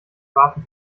warten